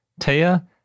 Taya